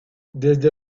desde